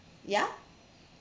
ya